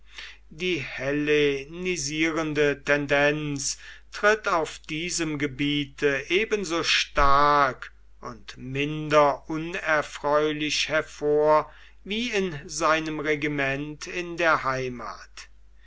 die hellenisierende tendenz tritt auf diesem gebiete ebenso stark und minder unerfreulich hervor wie in seinem regiment in der heimat